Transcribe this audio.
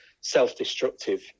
self-destructive